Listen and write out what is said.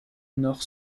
nord